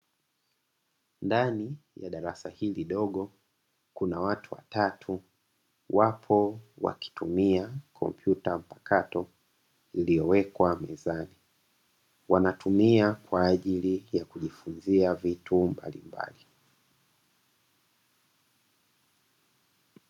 Katika darasa hili dogo kuna watu watatu wako wakitumia kompyuta mpakato iliyowekwa mezani, wanatumia kwa ajili ya kujifunza vitu mbalimbali.